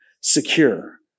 secure